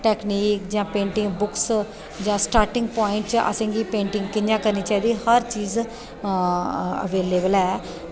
technique जां paintings book जां starting point च असेंगी पेंटिंग कियां करनी चाहिदी हर चीज़ अबेलएवल ऐ